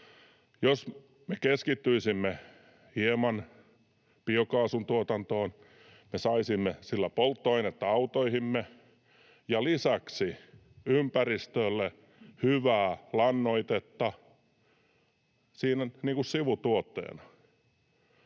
Jos me keskittyisimme hieman biokaasun tuotantoon, niin saisimme sillä polttoainetta autoihimme ja lisäksi ympäristölle hyvää lannoitetta siinä